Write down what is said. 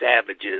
savages